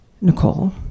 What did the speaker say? Nicole